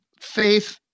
Faith